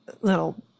little